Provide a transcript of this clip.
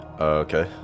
Okay